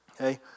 okay